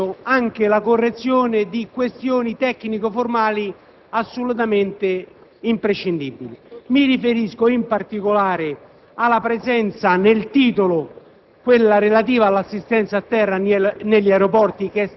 Il relatore e la maggioranza hanno impedito anche la correzione di questioni tecnico‑formali assolutamente imprescindibili. Mi riferisco, in particolare, alla presenza nel titolo